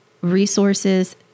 Resources